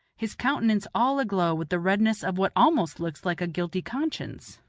his countenance all aglow with the redness of what almost looks like a guilty conscience.